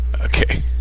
Okay